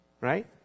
Right